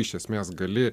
iš esmės gali